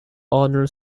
honor